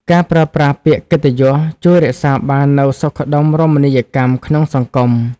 ការប្រើប្រាស់ពាក្យកិត្តិយសជួយរក្សាបាននូវសុខដុមរមណីយកម្មក្នុងសង្គម។